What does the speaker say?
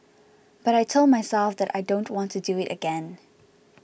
but I told myself that I don't want to do it again